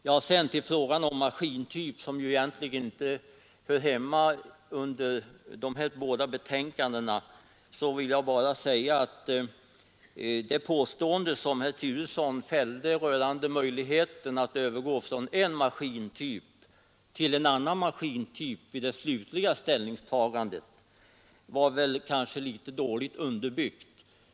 Beträffande frågan om maskintyp, som egentligen inte hör hemma under dessa båda betänkanden, vill jag bara säga att herr Turessons påstående rörande möjligheten att gå över från en maskintyp till en annan i det slutliga ställningstagandet kanske var litet illa underbyggt.